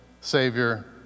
Savior